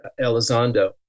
Elizondo